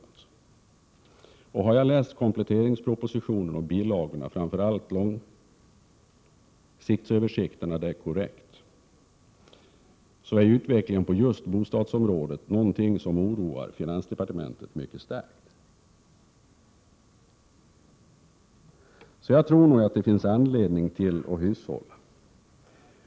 Om jag har läst kompletteringspropositionen och bilagorna — framför allt långtidsöversikterna — korrekt, är utvecklingen på just bostadsområdet någonting som mycket starkt oroar finansdepartementet. Det finns nog anledning till att hushålla.